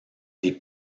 des